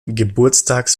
geburtstags